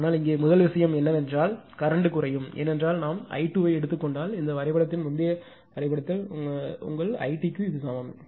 ஆனால் இங்கே முதல் விஷயம் என்னவென்றால் கரண்ட்குறையும் ஏனென்றால் நாம் I2 ஐ எடுத்துக் கொண்டால் இந்த வரைபடத்தின் முந்தைய வரைபடத்தில் உங்கள் ஐடிக்கு சமம்